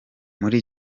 muri